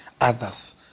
others